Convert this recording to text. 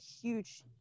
huge